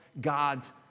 God's